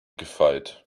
gefeit